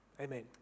Amen